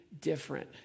different